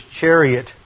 chariot